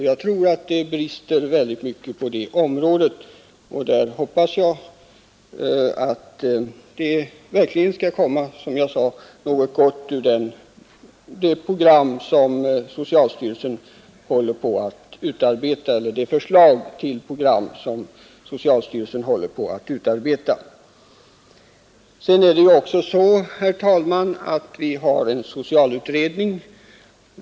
Jag tror att det brister mycket på det området, och jag hoppas att det verkligen skall komma något gott ur det förslag till program som socialstyrelsen håller på att utarbeta. Sedan har vi ju också, herr talman, en socialutredning.